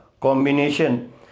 combination